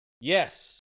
yes